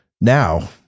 now